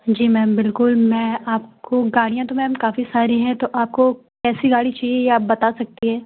जी ma'am बिल्कुल मैं आपको गाड़ियां तो मैम काफ़ी सारी हैं तो आपको कैसी गाड़ी चाहिए ये आप बता सकती हैं